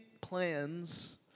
plans